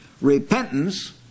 Repentance